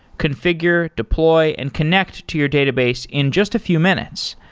configure, deploy and connects to your database in just a few minutes.